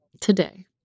today